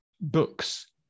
books